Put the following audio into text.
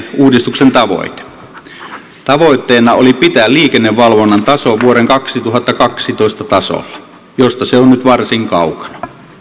uudistuksen tavoite tavoitteena oli pitää liikennevalvonnan taso vuoden kaksituhattakaksitoista tasolla josta se on on nyt varsin kaukana